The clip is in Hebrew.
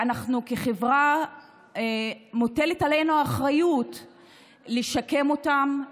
ועלינו כחברה מוטלת האחריות לשקם אותן,